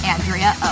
Andrea